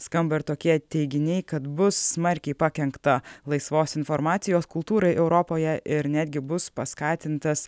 skamba ir tokie teiginiai kad bus smarkiai pakenkta laisvos informacijos kultūrai europoje ir netgi bus paskatintas